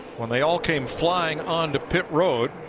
when they all came flying on to pit road.